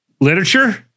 literature